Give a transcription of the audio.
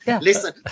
listen